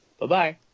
Bye-bye